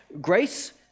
Grace